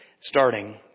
starting